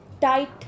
tight